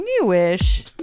newish